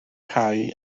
cae